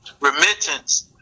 remittance